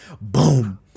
Boom